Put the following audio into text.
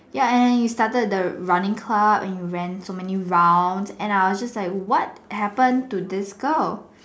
ya and you started the running club and you ran so many rounds and I was just like what happened to this girl